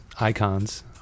icons